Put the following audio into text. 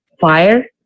fire